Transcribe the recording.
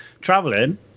traveling